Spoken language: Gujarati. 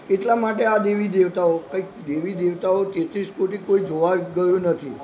એટલા માટે આ દેવી દેવતાઓ કંઈક એવી દેવી દેવતાઓથી કોઈ તેત્રીસ કોટી જોવા ગયું નથી